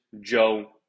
Joe